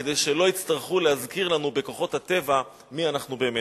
כדי שלא יצטרכו להזכיר לנו בכוחות הטבע מי אנחנו באמת.